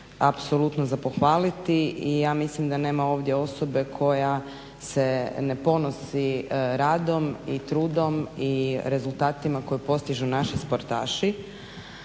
apsolutno za pohvaliti i ja mislim da nema ovdje osobe koja se ne ponosi radom i trudom i rezultatima koje postižu naši sportaši